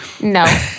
No